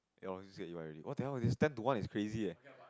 then obviously get you already what the hell if it's ten to one it's crazy eh